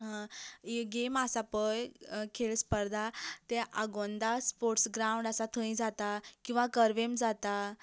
ही game आसा पळय खेळ स्पर्धां तें आगोंदा स्पोर्टस ग्रावड आसा थंय जाता किंवा कर्वेम जाता